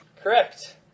Correct